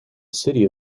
city